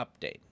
update